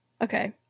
Okay